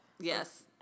Yes